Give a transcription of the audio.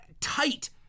tight